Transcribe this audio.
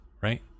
right